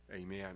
Amen